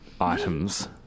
items